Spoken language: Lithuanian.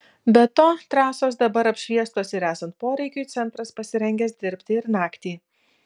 be to trasos dabar apšviestos ir esant poreikiui centras pasirengęs dirbti ir naktį